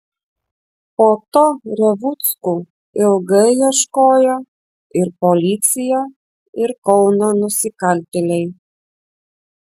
po to revuckų ilgai ieškojo ir policija ir kauno nusikaltėliai